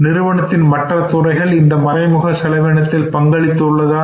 நிறுவனத்தினுடைய மற்ற துறைகள் இந்த மறைமுக செலவினத்தில் பங்களித்து உள்ளதா